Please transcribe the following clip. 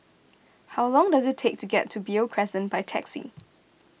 how long does it take to get to Beo Crescent by taxi